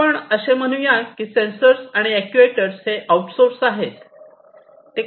आपण असे म्हणूया की सेन्सर आणि अॅक्ट्युएटर हे आउटसोर्स आहेत